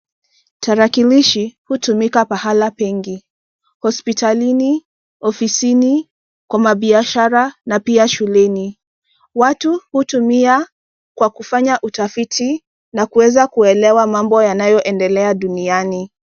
Tarakilishi hutumika pahala pengi, hospitalini, ofisini, kwa mabiashara na pia shuleni. Watu hutumia kwa kufanya utafiti na kuweza kuelewa mambo yanayoendelea duniani.